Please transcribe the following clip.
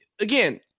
again